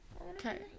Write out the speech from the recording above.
Okay